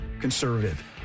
conservative